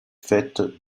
faite